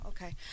Okay